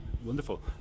Wonderful